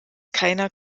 keiner